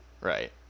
Right